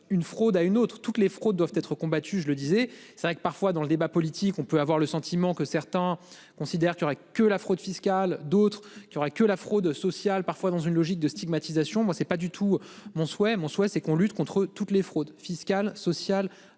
une fraude à une autre toutes les fraudes doivent être combattus, je le disais c'est vrai que parfois dans le débat politique, on peut avoir le sentiment que certains considèrent qu'il y aurait que la fraude fiscale, d'autres qui aura que la fraude sociale parfois dans une logique de stigmatisation, moi c'est pas du tout mon souhait, mon souhait c'est qu'on lutte contre toutes les fraudes fiscales, sociales